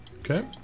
Okay